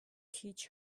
teach